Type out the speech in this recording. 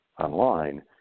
online